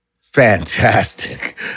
fantastic